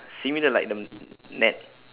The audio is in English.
similar like the net